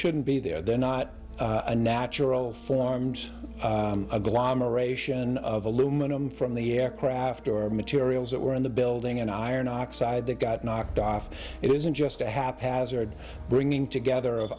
shouldn't be there they're not unnatural forms agglomeration of aluminum from the aircraft or materials that were in the building and iron oxide that got knocked off it isn't just a haphazard bringing together of